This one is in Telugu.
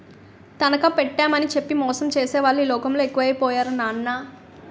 తనఖా పెట్టేమని చెప్పి మోసం చేసేవాళ్ళే ఈ లోకంలో ఎక్కువై పోయారు నాన్నా